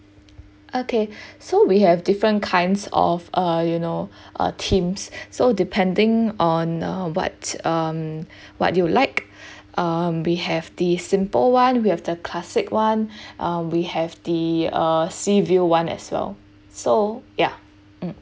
okay so we have different kinds of uh you know uh teams so depending on uh what um what you like um we have this simple [one] we have the classic [one] uh we have the uh sea view [one] as well so yeah um